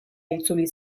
itzuli